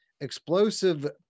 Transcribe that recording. Explosive